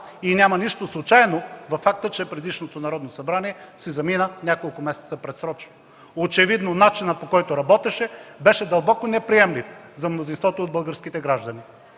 Няма нищо случайно във факта, че предишното Народно събрание си замина няколко месеца предсрочно. Очевидно начинът, по който работеше, беше дълбоко неприемлив за мнозинството от българските граждани.